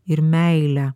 ir meilę